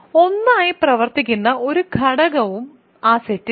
1 ആയി പ്രവർത്തിക്കുന്ന ഒരു ഘടകവുമില്ല സെറ്റിൽ